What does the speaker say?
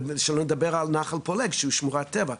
שלא נדבר על נחל פולג שהוא שמורת טבע.